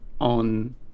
on